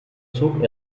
zog